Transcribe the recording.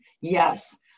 Yes